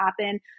happen